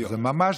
עשינו.